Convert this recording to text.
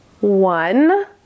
One